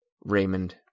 Raymond